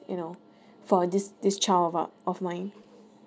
you know for this this child of uh of mine